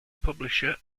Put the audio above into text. publisher